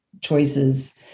choices